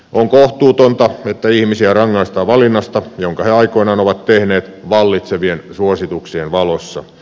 on kohtuutonta että ihmisiä rangaistaan valinnasta jonka he aikoinaan ovat tehneet vallitsevien suosituksien valossa